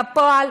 בפועל,